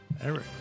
Eric